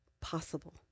possible